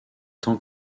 temps